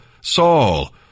Saul